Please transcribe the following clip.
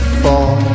fall